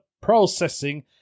Processing